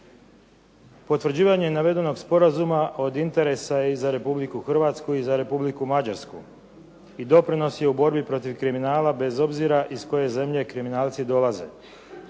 Potvrđivanje navedenog sporazuma od interesa je i za Republiku Hrvatsku i za Republiku Mađarsku i doprinos je u borbi protiv kriminala, bez obzira iz koje zemlje kriminalci dolaze.